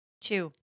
Two